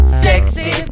sexy